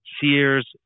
Sears